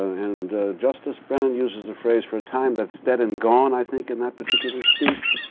and justice brennan uses a phrase, for a time that's dead and gone, i think, in that particular speech.